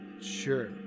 Sure